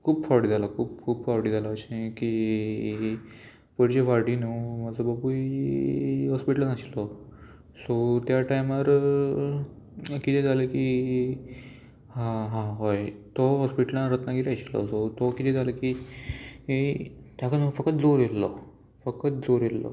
खूब फावटी जाला खूब खूब फावटी जाला अशें की परचे फावटी न्हू म्हाजो बापूय हॉस्पिटलान आशिल्लो सो त्या टायमार किदें जालां की हां हां हय तो हॉस्पिटलान रत्नागिरी आशिल्लो सो तो किदें जाला की ताका न्हू फकत जोर येयल्लो फकत जोर येयल्लो